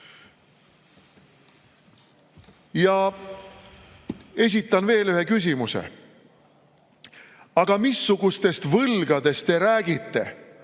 Esitan veel ühe küsimuse. Aga missugustest võlgadest te räägite,